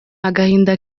agahinda